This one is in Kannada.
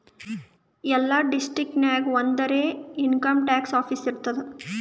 ಎಲ್ಲಾ ಡಿಸ್ಟ್ರಿಕ್ಟ್ ನಾಗ್ ಒಂದರೆ ಇನ್ಕಮ್ ಟ್ಯಾಕ್ಸ್ ಆಫೀಸ್ ಇರ್ತುದ್